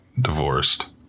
divorced